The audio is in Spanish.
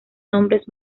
nombres